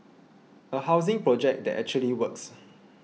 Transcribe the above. a housing project that actually works